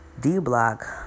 D-Block